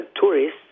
tourists